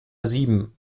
sieben